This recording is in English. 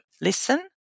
listen